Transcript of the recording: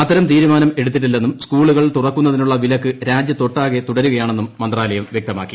അത്തരം തീരുമാനം എടുത്തിട്ടില്ലെന്നും സ്കുളുകൾ തുറക്കുന്നതിനുള്ള വിലക്ക് രാജ്യത്തൊട്ടാകെ തുടരുകയാണെന്നും മന്ത്രാലയം വൃക്തമാക്കി